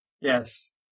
Yes